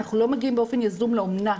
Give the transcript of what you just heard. אנחנו לא מגיעים באופן יזום לאומנה,